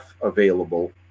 available